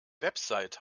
website